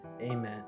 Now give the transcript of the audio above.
amen